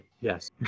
Yes